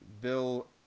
bill